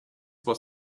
was